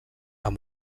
amb